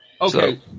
Okay